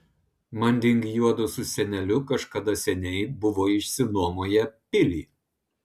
manding juodu su seneliu kažkada seniai buvo išsinuomoję pilį